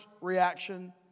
reaction